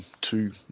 two